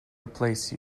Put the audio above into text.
replace